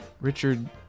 Richard